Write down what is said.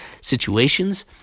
situations